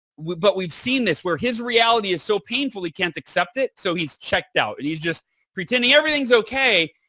but we've seen this where his reality is so painful he can't accept it so he's checked out. and he's just pretending everything is okay.